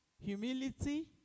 humility